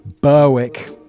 Berwick